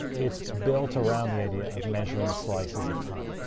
it's built around the idea of measuring slices of time.